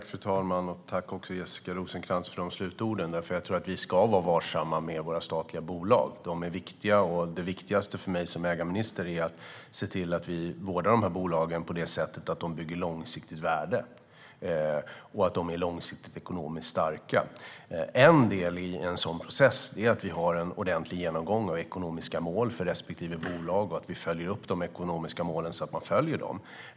Fru talman! Tack, Jessica Rosencrantz, för de slutorden! Jag tror att vi ska vara varsamma med våra statliga bolag. De är viktiga, och det viktigaste för mig som ägarminister är att se till att vi vårdar de här bolagen så att de bygger långsiktigt värde och att de är ekonomiskt starka långsiktigt sett. En del i en sådan process är att vi har en ordentlig genomgång av ekonomiska mål för respektive bolag och att vi följer upp de ekonomiska målen så att bolagen kan nå dem.